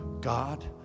God